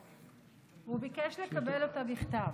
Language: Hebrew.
הוא ביקש לקבל אותה בכתב.